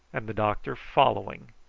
and, the doctor following,